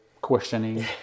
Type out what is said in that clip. questioning